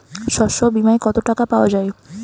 শস্য বিমায় কত টাকা পাওয়া যায়?